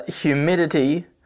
humidity